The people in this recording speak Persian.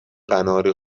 قناری